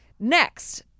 Next